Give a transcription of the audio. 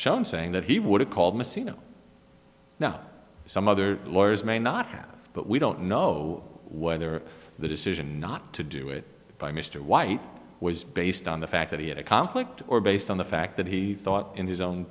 shown saying that he would have called messina now some other lawyers may not have but we don't know whether the decision not to do it by mr white was based on the fact that he had a conflict or based on the fact that he thought in his own